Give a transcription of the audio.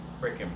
freaking